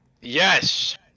Yes